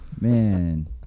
Man